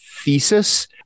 thesis